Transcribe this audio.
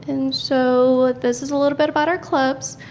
and so this is a little bit about our clubs.